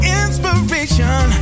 inspiration